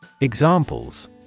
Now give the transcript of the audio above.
Examples